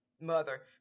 mother